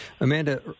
Amanda